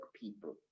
people